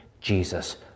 Jesus